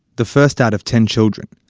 the first out of ten children.